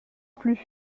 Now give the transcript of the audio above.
plus